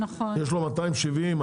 יש לו 270,